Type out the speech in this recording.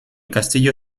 castillo